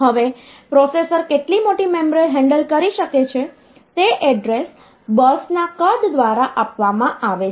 હવે પ્રોસેસર કેટલી મોટી મેમરી હેન્ડલ કરી શકે છે તે એડ્રેસ બસના કદ દ્વારા આપવામાં આવે છે